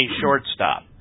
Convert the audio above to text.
shortstop